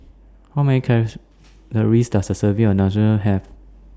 How Many Calories Does A Serving of Have